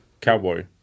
Cowboy